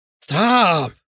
stop